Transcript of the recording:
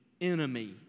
enemy